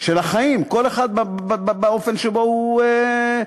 של החיים, כל אחד באופן שבו הוא פועל.